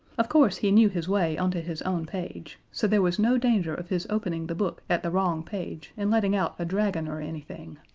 of course he knew his way onto his own page, so there was no danger of his opening the book at the wrong page and letting out a dragon or anything.